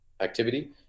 activity